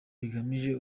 bigamije